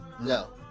No